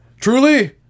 Truly